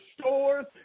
stores